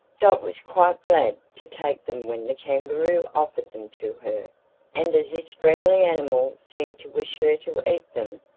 dot was quite glad to take them when the kangaroo offered them to her and as this friendly animal seemed to wish her to eat them,